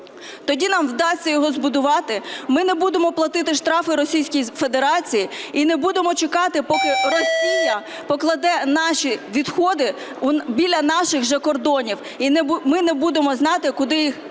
Тоді нам вдасться його збудувати, ми не будемо платити штрафи Російській Федерації і не будемо чекати, поки Росія покладе наші відходи біля наших же кордонів, і ми не будемо знати, куди їх дівати.